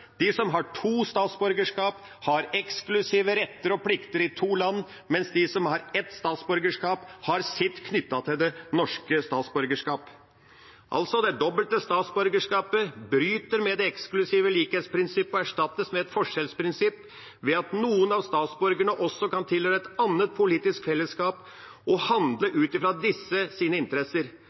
De som har to statsborgerskap, har eksklusive retter og plikter i to land, mens de som har ett statsborgerskap, har sine knyttet til det norske statsborgerskapet. Det dobbelte statsborgerskapet bryter altså med det eksklusive likhetsprinsippet og erstattes med et forskjellsprinsipp, ved at noen av statsborgerne også kan tilhøre et annet politisk fellesskap og handle ut fra dettes interesser.